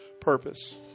purpose